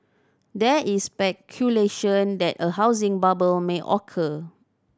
there is speculation that a housing bubble may occur